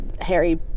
Harry